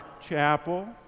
Chapel